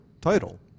title